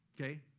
Okay